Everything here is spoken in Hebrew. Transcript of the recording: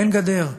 אין גדר,